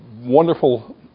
wonderful